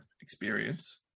experience